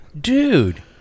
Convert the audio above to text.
Dude